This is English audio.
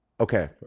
Okay